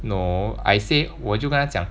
no I say 我就跟他讲